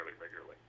regularly